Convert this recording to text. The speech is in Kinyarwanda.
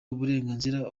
uburenganzira